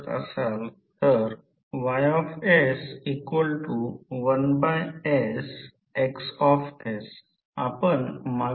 तर Fm प्रत्यक्षात magnetomotive force आहे कधीकधी त्याला m m f असे म्हणतात